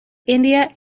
india